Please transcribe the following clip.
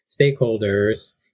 stakeholders